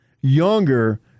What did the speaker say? Younger